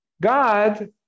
god